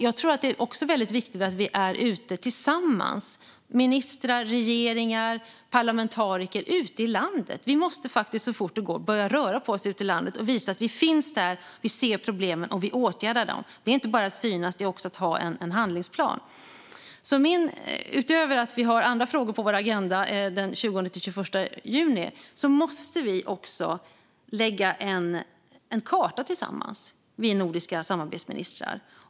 Jag tror att det är väldigt viktigt att vi är ute tillsammans - ministrar, regeringar och parlamentariker - i landet. Vi måste, så fort det går, börja röra på oss ute i landet och visa att vi finns där, att vi ser problemen och att vi vill åtgärda dem. Det gäller att inte bara synas utan också ha en handlingsplan. Utöver att vi har andra frågor på vår agenda den 20-21 juni måste vi lägga en karta tillsammans, vi nordiska samarbetsministrar.